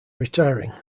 retiring